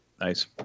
Nice